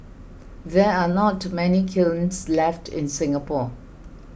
there are not many kilns left in Singapore